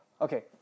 Okay